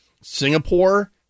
Singapore